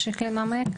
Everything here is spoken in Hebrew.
לא נימקתי.